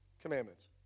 Commandments